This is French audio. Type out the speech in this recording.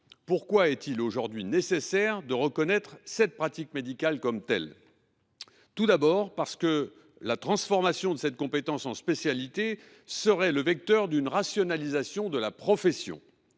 Pourquoi est il aujourd’hui nécessaire de reconnaître cette pratique médicale comme telle ? Tout d’abord, la transformation de cette compétence en spécialité serait le vecteur d’une rationalisation de la profession.